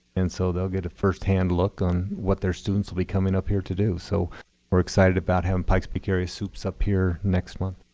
and so they'll get a firsthand look on what their students will be coming up here to do. so we're excited about having pike's peak area sups up here next month.